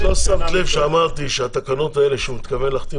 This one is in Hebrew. את לא שמת לב שאמרתי שהתקנות האלה שהוא מתכוון להחתים